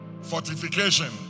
fortification